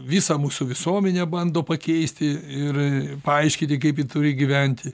visą mūsų visuomenę bando pakeisti ir paaiškinti kaip ji turi gyventi